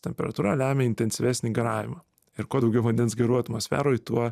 temperatūra lemia intensyvesnį garavimą ir kuo daugiau vandens garų atmosferoj tuo